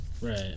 Right